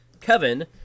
Kevin